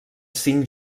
cinc